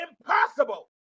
impossible